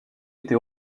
été